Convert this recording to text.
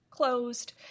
closed